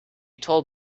told